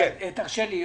תרשה לי,